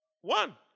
One